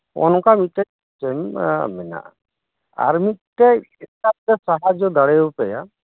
ᱱᱚᱝᱠᱟ ᱢᱤᱫᱴᱮᱡ ᱥᱤᱥᱴᱮᱢ ᱢᱮᱱᱟᱜᱼᱟ ᱟᱨᱢᱤᱫᱴᱮᱡ ᱞᱮ ᱥᱟᱦᱟᱡᱚ ᱫᱟᱲᱮᱭᱟᱯᱮᱭᱟ